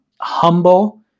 humble